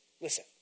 Listen